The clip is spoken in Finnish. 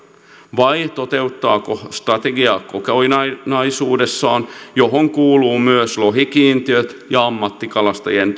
vai toteuttaako se strategian kokonaisuudessaan johon kuuluvat myös lohikiintiöt ja ammattikalastajien